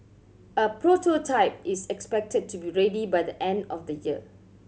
a prototype is expected to be ready by the end of the year